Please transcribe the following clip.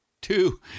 Two